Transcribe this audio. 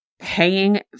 paying